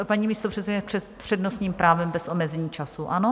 Paní místopředsedkyně, s přednostním právem, bez omezení času, ano?